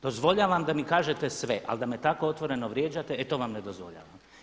Dozvoljavam da mi kažete sve, ali da me tako otvoreno vrijeđate, e to vam ne dozvoljavam.